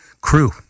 crew